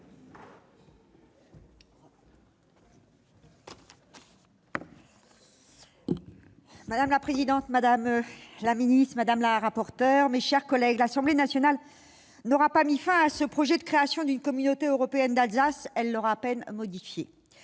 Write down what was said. Madame la présidente, madame la ministre, mes chers collègues, l'Assemblée nationale n'aura pas mis fin à ce projet de création d'une Collectivité européenne d'Alsace. Elle l'aura à peine modifié.